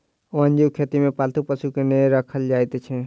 वन्य जीव खेती मे पालतू पशु के नै राखल जाइत छै